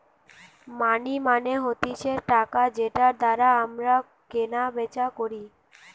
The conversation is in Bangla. মানি মানে হতিছে টাকা যেটার দ্বারা আমরা কেনা বেচা করি